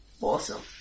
Awesome